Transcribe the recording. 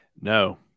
No